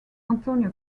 antonio